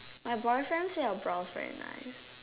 my boyfriend says your blouse very nice